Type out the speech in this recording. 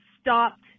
stopped